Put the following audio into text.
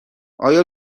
آیا